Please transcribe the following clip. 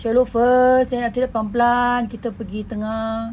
shallow first then after that perlahan-lahan kita pergi ke tengah